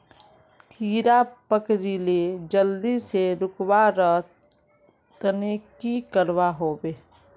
कीड़ा पकरिले जल्दी से रुकवा र तने की करवा होबे?